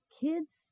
kids